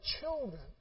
children